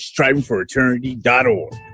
strivingforeternity.org